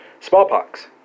Smallpox